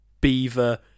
Beaver